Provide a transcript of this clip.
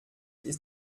ist